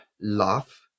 love